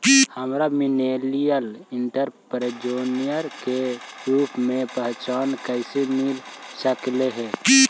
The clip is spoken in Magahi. हमरा मिलेनियल एंटेरप्रेन्योर के रूप में पहचान कइसे मिल सकलई हे?